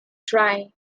dry